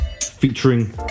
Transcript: Featuring